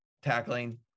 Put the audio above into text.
tackling